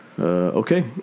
Okay